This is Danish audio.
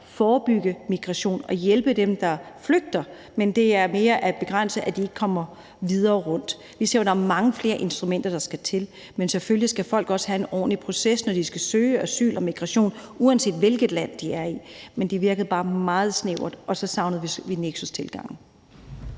at forebygge migration og hjælpe dem, der flygter, men mere at sikre, at de ikke kommer videre rundt. Vi synes jo, at der skal mange flere instrumenter til, men selvfølgelig skal folk også have en ordentlig proces, når de skal søge asyl eller ønsker at migrere, uanset hvilket land de er i. Men det virkede bare meget snævert, og så savnede vi neksustilgangen.